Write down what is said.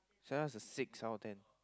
Stella's a six out of ten